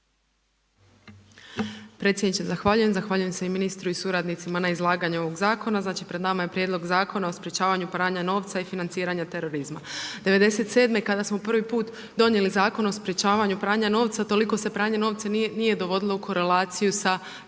Predsjedniče zahvaljujem, zahvaljujem se i ministru i suradnicima na izlaganju ovog zakona. Znači pred nama je Prijedlog zakona o sprječavanju pranja novca i financiranju terorizma. '97. kada smo prvi put donijeli Zakon o sprječavanju pranja novca, toliko se pranje novca nije dovodilo u korelaciju sa